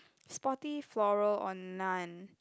sporty floral or none